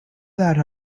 that